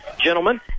gentlemen